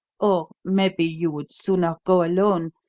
or, maybe, you would sooner go alone,